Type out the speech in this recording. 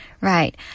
Right